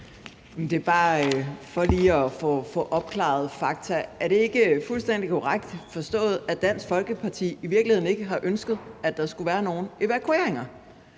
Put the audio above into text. Det er bare for lige at få opklaret, hvad der er fakta: Er det ikke fuldstændig korrekt forstået, at Dansk Folkeparti i virkeligheden ikke har ønsket, at der skulle være nogen evakueringer?